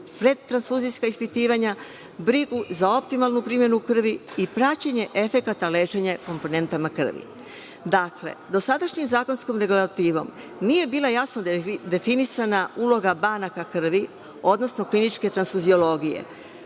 predtransfuzijska ispitivanja, brigu za optimalnu primenu krvi i praćenje efekata lečenja komponentama krvi. Dakle, dosadašnjom zakonskom regulativom nije bila jasno definisana uloga banaka krvi, odnosno kliničke transfuziologije.